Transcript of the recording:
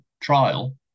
trial